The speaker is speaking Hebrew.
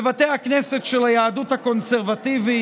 בבתי הכנסת של היהדות הקונסרבטיבית